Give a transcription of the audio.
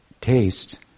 taste